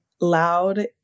loud